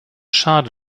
schade